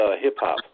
hip-hop